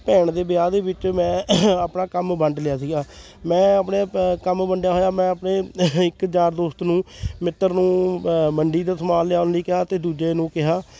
ਭੈਣ ਦੇ ਵਿਆਹ ਦੇ ਵਿੱਚ ਮੈਂ ਆਪਣਾ ਕੰਮ ਵੰਡ ਲਿਆ ਸੀਗਾ ਮੈਂ ਆਪਣੇ ਪ ਕੰਮ ਵੰਡਿਆ ਹੋਇਆ ਮੈਂ ਆਪਣੇ ਇੱਕ ਯਾਰ ਦੋਸਤ ਨੂੰ ਮਿੱਤਰ ਨੂੰ ਮੰਡੀ ਤੋਂ ਸਮਾਨ ਲਿਆਉਣ ਲਈ ਕਿਹਾ ਅਤੇ ਦੂਜੇ ਨੂੰ ਕਿਹਾ